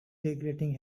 regretting